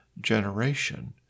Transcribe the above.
generation